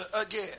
again